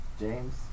James